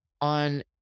on